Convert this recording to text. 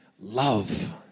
love